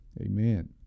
Amen